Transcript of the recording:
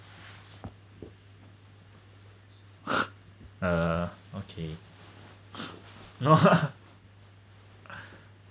uh okay no